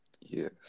Yes